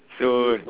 so